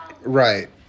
Right